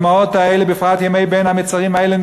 בפרט בימי בין המצרים האלה,